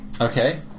Okay